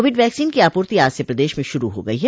Covid vaccine की आपूर्ति आज से प्रदेश में शुरू हो गई है